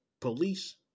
police